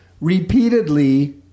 repeatedly